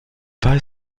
bei